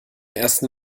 ersten